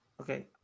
Okay